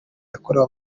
yakorewe